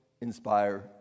inspire